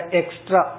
extra